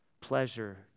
pleasure